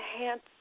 enhance